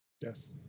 Yes